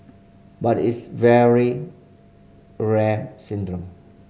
but it's very rare syndrome